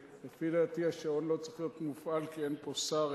לפי דעתי השעון לא צריך להיות מופעל כי אין פה שר,